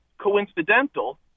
coincidental